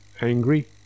angry